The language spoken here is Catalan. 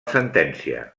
sentència